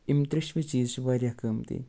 یِم ترٛٮ۪شوَے چیٖز چھِ وارِیاہ قۭمتی